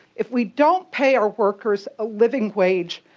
if we don't pay our workers a living wage,